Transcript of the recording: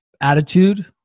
attitude